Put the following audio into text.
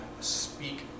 speak